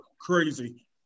crazy